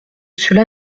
cela